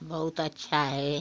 बहुत अच्छा है